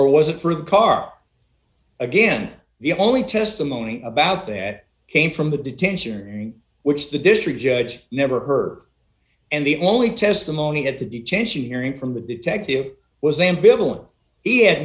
or was it for the car again the only testimony about that came from the detention hearing which the district judge never heard and the only testimony at the detention hearing from the detective was ambivalent he had